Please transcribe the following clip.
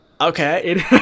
Okay